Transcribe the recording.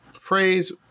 phrase